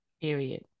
period